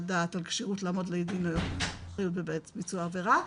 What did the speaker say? דעת על כשירות לעמוד לדין בעת ביצוע העבירה,